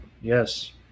Yes